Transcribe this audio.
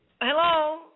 Hello